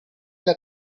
alle